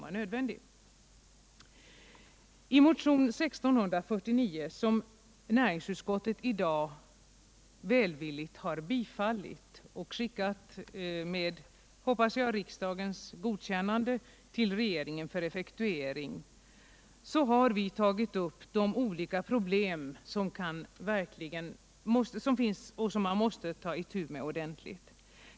I motion 1649, som näringsutskottet välvilligt har tillstyrkt och som riksdagen med sitt godkännande, hoppas jag, kommer att skicka till regeringen för effektuering, har vi tagit upp de olika problem som finns och som man verkligen måste ta itu med ordentligt.